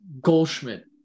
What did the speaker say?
Goldschmidt